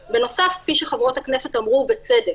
בנוסף, כפי שחברות הכנסת אמרו, ובצדק